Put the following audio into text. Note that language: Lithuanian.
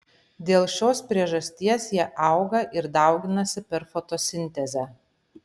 dėl šios priežasties jie auga ir dauginasi per fotosintezę